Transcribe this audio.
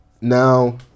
now